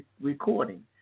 recording